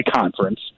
conference